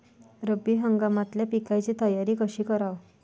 रब्बी हंगामातल्या पिकाइची तयारी कशी कराव?